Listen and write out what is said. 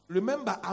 Remember